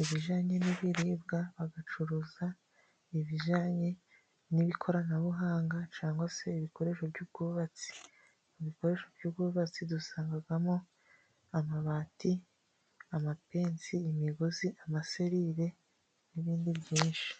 ibijyanye n'ibiribwa bagacuruza ibijyanye n'ikoranabuhanga, cyangwa se ibikoresho by'ubwubatsi, ibikoresho by'ubwubatsi dusangamo amabati, amapensi, imigozi, amaselire n'ibindi byinshi.